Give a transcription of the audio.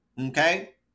okay